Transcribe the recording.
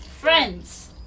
friends